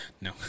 No